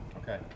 Okay